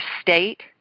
State